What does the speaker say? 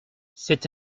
c’est